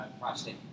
prostate